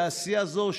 תעשייה זו,